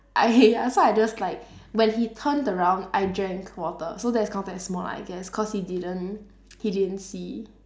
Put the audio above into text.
I hate ya so I just like when he turned around I drank water so that's counted as small I guess cause he didn't he didn't see